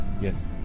Yes